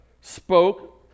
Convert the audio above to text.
spoke